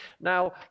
Now